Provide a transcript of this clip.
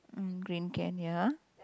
mm green can ya